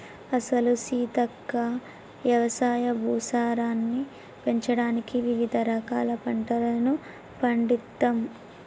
అసలు సీతక్క యవసాయ భూసారాన్ని పెంచడానికి వివిధ రకాల పంటలను పండిత్తమ్